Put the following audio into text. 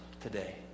today